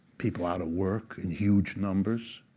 people out of work in huge numbers,